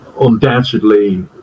undoubtedly